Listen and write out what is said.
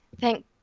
Thank